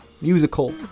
musical